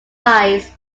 lies